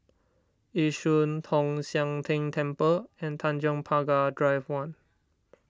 Yishun Tong Sian Tng Temple and Tanjong Pagar Drive one